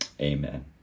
Amen